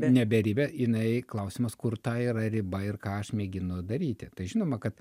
ne beribė jinai klausimas kur ta yra riba ir ką aš mėginu daryti tai žinoma kad